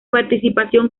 participación